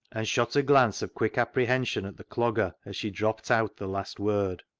and shot a glance of quick apprehension at the clogger, as she dropped out the last word.